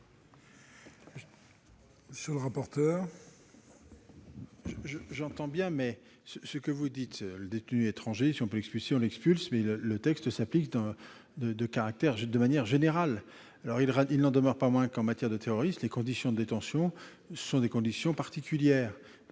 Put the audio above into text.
Monsieur le rapporteur,